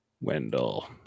Wendell